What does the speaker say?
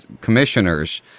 commissioners